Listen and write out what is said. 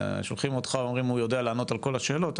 שולחים אותך, אומרים הוא יודע לענות על כל השאלות.